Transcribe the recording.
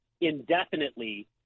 indefinitely